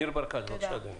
ניר ברקת, בבקשה, אדוני.